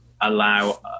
allow